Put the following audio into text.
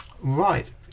Right